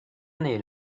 année